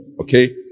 Okay